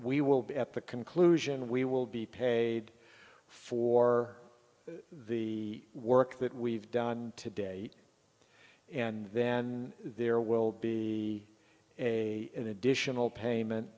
we will be at the conclusion we will be paid for the work that we've done today and then there will be a in additional payment